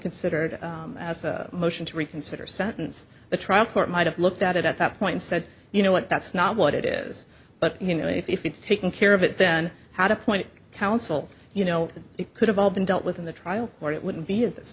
considered as a motion to reconsider sentence the trial court might have looked at it at that point said you know what that's not what it is but you know if it's taking care of it then had a point counsel you know it could have all been dealt with in the trial or it wouldn't be at this